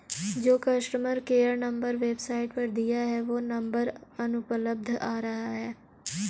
जो customer care number website पर दिया है वो नंबर अनुपलब्ध आ रहा है